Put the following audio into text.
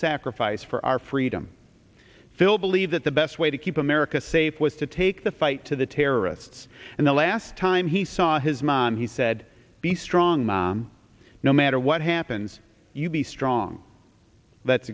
sacrifice for our freedom phil believe that the best way to keep america safe was to take the fight to the terrorists and the last time he saw his mom he said be strong no matter what happens you'll be strong that's